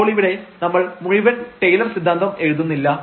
ഇപ്പോൾ ഇവിടെ നമ്മൾ മുഴുവൻ ടൈലർ സിദ്ധാന്തം എഴുതുന്നില്ല